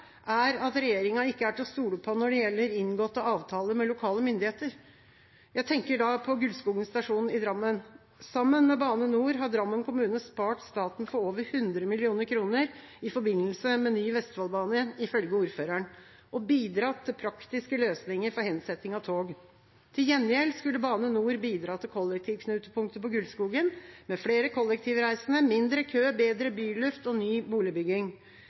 er at regjeringa ikke er til å stole på når det gjelder inngåtte avtaler med lokale myndigheter. Jeg tenker da på Gulskogen stasjon i Drammen. Sammen med Bane NOR har Drammen kommune spart staten for over 100 mill. kr. i forbindelse med ny Vestfoldbane, ifølge ordføreren, og bidratt til praktiske løsninger for hensetting av tog. Til gjengjeld skulle Bane NOR bidra til kollektivknutepunktet på Gulskogen, med flere kollektivreisende, mindre kø, bedre byluft og ny boligbygging.